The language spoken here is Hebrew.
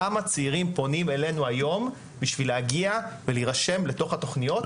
כמה צעירים פונים אלינו בשביל להירשם לתוכניות.